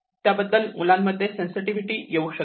त्याबद्दल मुलांमध्ये सेन्सिटिव्हिटी येऊ शकेल